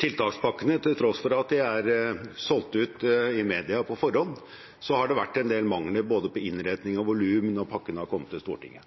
tiltakspakkene, til tross for at de er solgt ut i media på forhånd, har vært en del mangler både på innretning og volum når pakkene har kommet til Stortinget.